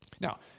Now